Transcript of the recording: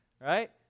right